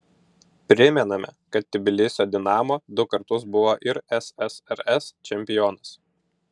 primename kad tbilisio dinamo du kartus buvo ir ssrs čempionas